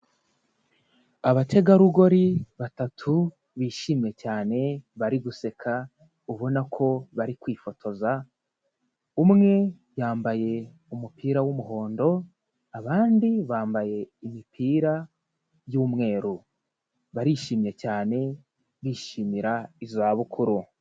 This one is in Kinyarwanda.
Abategarugori batatu bishimye cyane bari guseka ubona ko bari kwifotoza, umwe yambaye umupira w'umuhondo, abandi bambaye imipira by'umweru, barishimye cyane bishimira izabukuru.